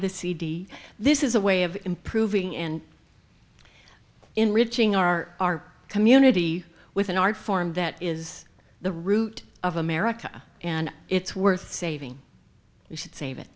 the cd this is a way of improving in enriching our our community with an art form that is the root of america and it's worth saving you should sa